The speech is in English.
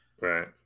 Right